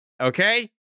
Okay